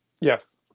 yes